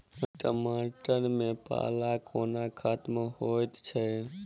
टमाटर मे पाला कोना खत्म होइ छै?